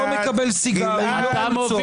זה לא מכבד אותךְ, באמת.